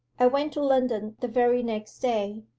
i went to london the very next day,